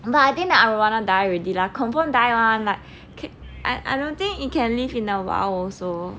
but I think the arowana die already lah confirm die lah like I I don't think it can live in the wild also